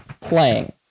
playing